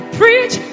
preach